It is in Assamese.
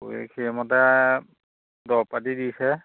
সেইমতে দৰৱ পাতি দিছে